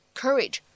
courage